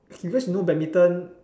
k because you know badminton